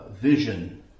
vision